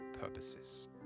purposes